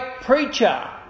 preacher